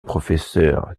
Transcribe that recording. professeur